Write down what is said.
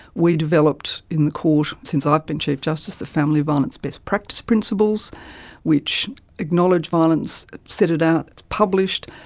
we developed in the court since i've been chief justice the family violence best practice principles which acknowledge violence, set it out, it's published.